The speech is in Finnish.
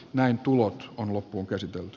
näin tulos on loppuunkäsitelty